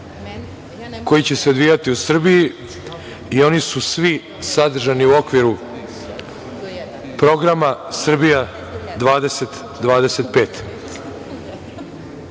koji će se odvijati u Srbiji i oni su svi sadržani u okviru programa „Srbija